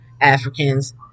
Africans